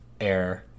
air